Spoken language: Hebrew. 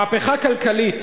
מהפכה כלכלית,